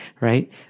Right